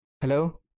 Hello